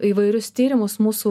įvairius tyrimus mūsų